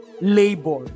labor